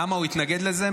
למה הוא התנגד לזה?